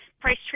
Price